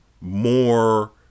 more